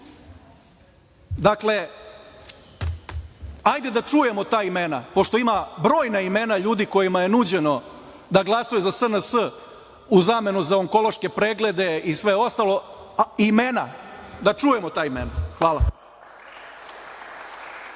smeta. Dakle, hajde da čujemo ta ima, pošto ima brojna imena ljudi kojima je nuđeno da glasaju za SNS u zamenu za onkološke preglede i sve ostalo, imena, da čujemo ta imena. Hvala.